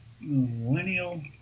millennial